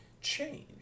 Change